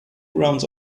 rounds